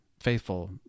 faithful